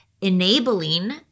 enabling